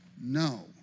no